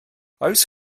oes